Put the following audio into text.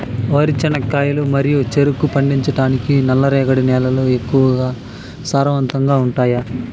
వరి, చెనక్కాయలు మరియు చెరుకు పండించటానికి నల్లరేగడి నేలలు ఎక్కువగా సారవంతంగా ఉంటాయా?